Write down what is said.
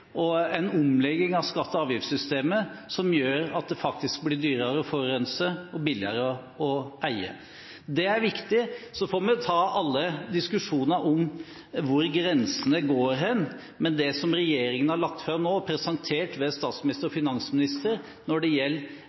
til en omlegging av skatte- og avgiftssystemet som gjør at det faktisk blir dyrere å forurense og billigere å eie. Det er viktig. Så får vi ta alle diskusjoner om hvor grensene går. Det som regjeringen har lagt fram nå, presentert ved statsminister og finansminister, når det gjelder